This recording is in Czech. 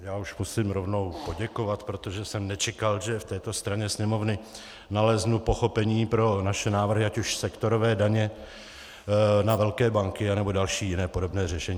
Já už musím rovnou poděkovat, protože jsem nečekal, že v této straně sněmovny naleznu pochopení pro naše návrhy, ať už sektorové daně na velké banky, anebo další jiné podobné řešení.